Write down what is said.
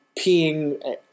peeing